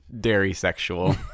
dairy-sexual